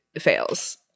fails